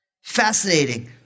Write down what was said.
fascinating